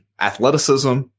athleticism